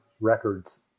Records